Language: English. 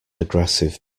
aggressive